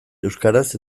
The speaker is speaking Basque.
euskaraz